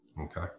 Okay